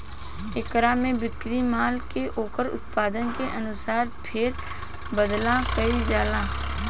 एकरा में बिक्री माल के ओकर उत्पादन के अनुसार फेर बदल कईल जाला